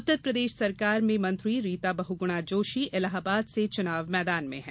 उत्तर प्रदेश सरकार में मंत्री रीता बहगुणा जोशी इलाहाबाद से चुनाव मैदान में है